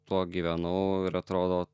tuo gyvenau ir atrodo